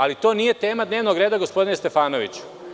Ali, to nije tema dnevnog reda, gospodine Stefanoviću.